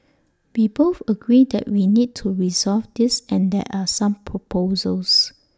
we both agree that we need to resolve this and there are some proposals